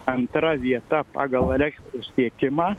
antra vieta pagal elektros tiekimą